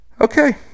okay